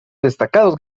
destacados